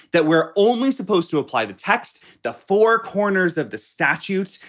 that we're only supposed to apply the text. the four corners of the statutes.